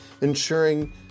ensuring